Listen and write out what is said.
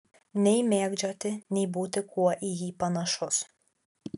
nei mėgdžioti nei būti kuo į jį panašus